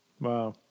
Wow